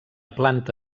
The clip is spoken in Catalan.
planta